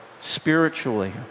spiritually